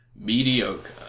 mediocre